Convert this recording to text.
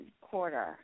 quarter